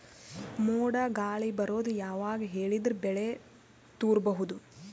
ಮೋಡ ಗಾಳಿ ಬರೋದು ಯಾವಾಗ ಹೇಳಿದರ ಬೆಳೆ ತುರಬಹುದು?